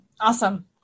Awesome